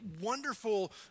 wonderful